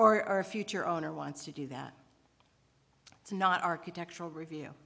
or our future owner wants to do that it's not architectural review